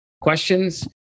questions